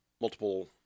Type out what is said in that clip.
multiple